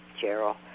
Gerald